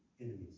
enemies